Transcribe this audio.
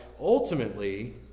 ultimately